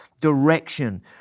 direction